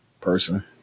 person